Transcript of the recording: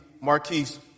Marquise